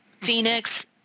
Phoenix